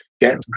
Get